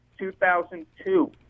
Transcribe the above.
2002